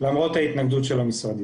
למרות ההתנגדות של המשרדים.